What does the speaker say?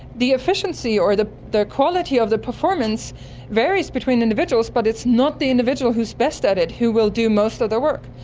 the efficiency or the the quality of the performance varies between individuals but it's not the individual who's best at it who will do most of the work.